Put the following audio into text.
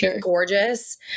gorgeous